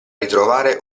ritrovare